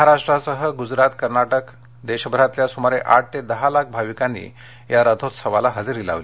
महाराष्ट्रासह गुजरात कर्नाकेसह देशभरातल्या सुमारे आठ ते दहा लाख भाविकांनी रथोत्सवाला हजेरी लावली